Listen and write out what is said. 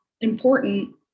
important